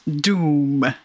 doom